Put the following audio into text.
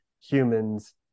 humans